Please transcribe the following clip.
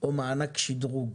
או מענק שדרוג.